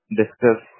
discuss